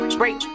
break